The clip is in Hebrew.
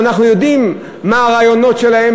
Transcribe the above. ואנחנו יודעים מה הרעיונות שלהם,